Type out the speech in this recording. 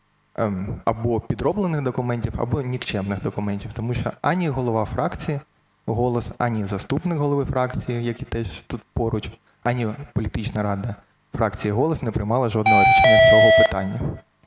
або підроблених документах, або нікчемних документах. Тому що ані голова фракції "Голос", ані заступник голови фракції, який теж тут поруч, ані політична рада фракції "Голос" не приймали жодного рішення з цього питання.